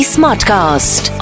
Smartcast